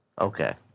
Okay